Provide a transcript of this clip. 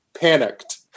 panicked